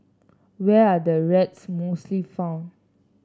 where are the rats mostly found